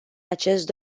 acest